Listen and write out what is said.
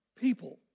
people